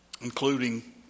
including